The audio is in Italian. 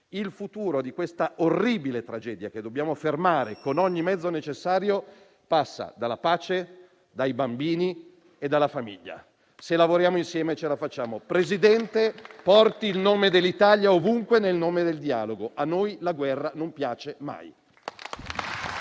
Il futuro di orribile tragedia, che dobbiamo fermare con ogni mezzo necessario, passa dalla pace, dai bambini e dalla famiglia. Se lavoriamo insieme, ce la facciamo. Presidente, porti il nome dell'Italia ovunque nel nome del dialogo. A noi la guerra non piace mai.